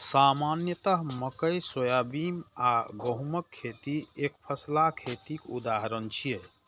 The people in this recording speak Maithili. सामान्यतः मकइ, सोयाबीन आ गहूमक खेती एकफसला खेतीक उदाहरण छियै